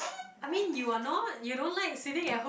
I mean you are not you don't like sitting at home